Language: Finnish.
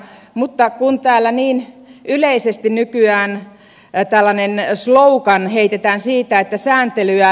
mutta kun täällä niin yleisesti nykyään tällainen slogan heitetään siitä että sääntelyä